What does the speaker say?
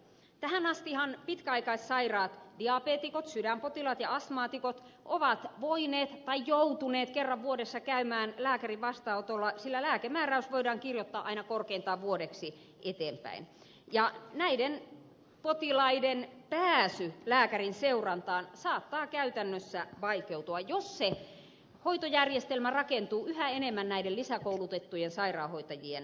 tähän astihan pitkäaikaissairaat diabeetikot sydänpotilaat ja astmaatikot ovat joutuneet kerran vuodessa käymään lääkärin vastaanotolla sillä lääkemääräys voidaan kirjoittaa aina korkeintaan vuodeksi eteenpäin ja näiden potilaiden pääsy lääkärin seurantaan saattaa käytännössä vaikeutua jos se hoitojärjestelmä rakentuu yhä enemmän näiden lisäkoulutettujen sairaanhoitajien varaan